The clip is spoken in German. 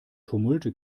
tumulte